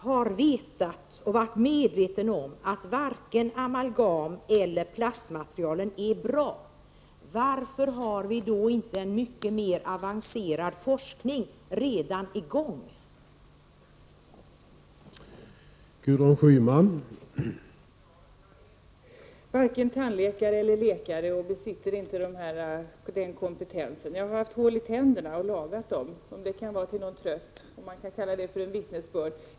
Herr talman! Om man har varit medveten om att varken amalgam eller plastmaterialen är bra — varför är då inte en mycket mer avancerad forskning redan i gång på det här området?